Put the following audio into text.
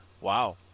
Wow